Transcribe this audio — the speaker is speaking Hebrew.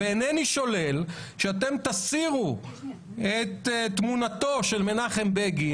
ואינני שולל שאתם תסירו את תמונתו של מנחם בגין